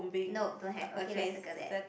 nope don't have okay let's circle that